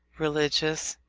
religious,